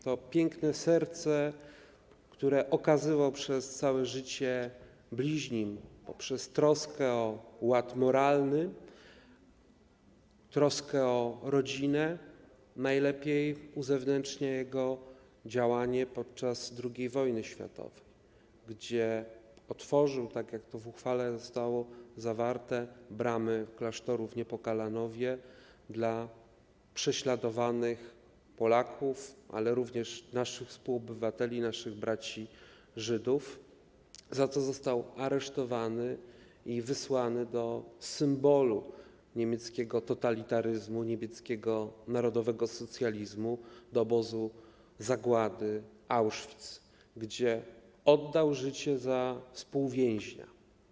To piękne serce, które okazywał przez całe życie bliźnim poprzez troskę o ład moralny, troskę o rodzinę, najlepiej uzewnętrznia jego działanie podczas II wojny światowej, kiedy otworzył, tak jak to w uchwale zostało zawarte, bramy klasztoru w Niepokalanowie dla prześladowanych Polaków, ale również dla naszych współobywateli, naszych braci Żydów, za co został aresztowany i wysłany do symbolu niemieckiego totalitaryzmu, niemieckiego narodowego socjalizmu, do obozu zagłady Auschwitz, gdzie oddał życie za współwięźnia.